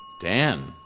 Dan